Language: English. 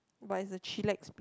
but it's a chillax